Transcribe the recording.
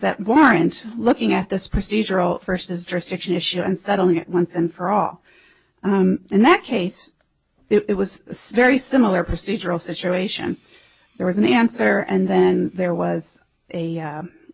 that warrant looking at this procedural vs jurisdiction issue and settling it once and for all in that case it was very similar procedural situation there was an answer and then there was a